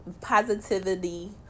positivity